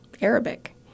Arabic